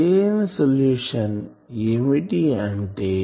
సరైన సొల్యూషన్ ఏమిటి అంటే